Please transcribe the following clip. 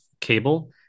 cable